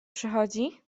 przychodzi